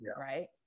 Right